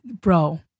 bro